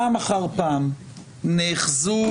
פעם אחר פעם, נאחזו